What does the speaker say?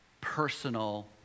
personal